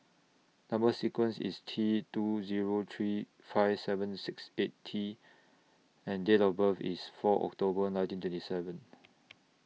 Number sequence IS T two Zero three five seven six eight T and Date of birth IS four October nineteen twenty seven